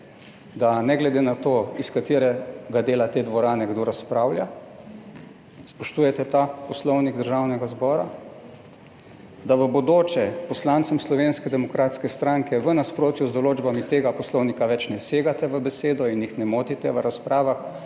da ne glede na to, iz katerega dela te dvorane kdo razpravlja, spoštujete ta Poslovnik Državnega zbora, da v bodoče poslancem Slovenske demokratske stranke v nasprotju z določbami tega poslovnika več ne segate v besedo in jih ne motite v razpravah